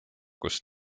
kus